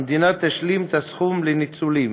המדינה תשלים את הסכום לניצולים.